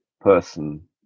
person